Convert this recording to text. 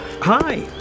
Hi